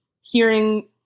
hearing